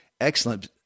excellent